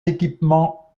équipement